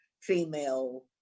female